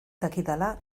dakidala